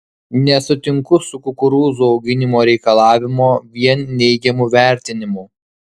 nesutinku su kukurūzų auginimo reikalavimo vien neigiamu vertinimu